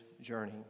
journey